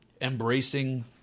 embracing